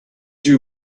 you